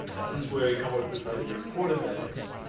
this is where we come up with this idea of chord embeddings.